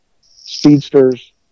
speedsters